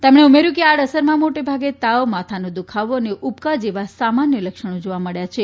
તેમણે ઉમેર્યું કે આડઅસરમાં મોટેભાગે તાવ માથાનો દુઃખાવો અને ઉબકા જેવા સામાન્ય લક્ષણો જોવા મબ્યા છે